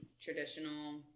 traditional